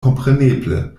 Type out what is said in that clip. kompreneble